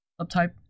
subtype